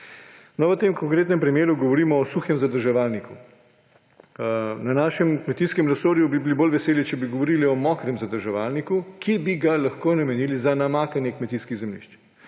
V tem konkretnem primeru govorimo o suhem zadrževalniku. Na našem kmetijskem resorju bi bili bolj veseli, če bi govorili o mokrem zadrževalniku, ki bi ga lahko namenili za namakanje kmetijskih zemljišč.